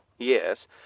Yes